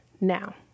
now